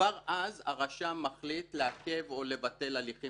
כבר אז הרשם מחליט לעכב או לבטל הליכים